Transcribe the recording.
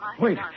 Wait